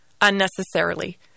unnecessarily